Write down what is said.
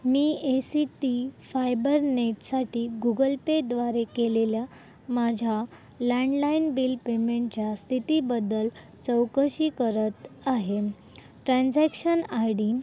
me A C T फायबरनेटसाठी Google पेद्वारे केलेल्या माझ्या लँडलाइन बिल पेमेंटच्या स्थितीबद्दल चौकशी करत आहे ट्रान्झॅक्शन आय डी